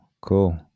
cool